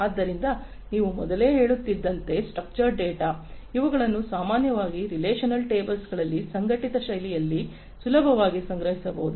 ಆದ್ದರಿಂದ ನಾನು ಮೊದಲೇ ಹೇಳುತ್ತಿದ್ದಂತೆ ಸ್ಟ್ರಕ್ಚರ್ಡ ಡೇಟಾ ಇವುಗಳನ್ನು ಸಾಮಾನ್ಯವಾಗಿ ರಿಲೇಶನಲ್ ಟೇಬಲ್ಸ್ಗಳಲ್ಲಿ ಸಂಘಟಿತ ಶೈಲಿಯಲ್ಲಿ ಸುಲಭವಾಗಿ ಸಂಗ್ರಹಿಸಬಹುದು